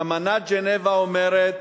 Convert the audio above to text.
אמנת ז'נבה אומרת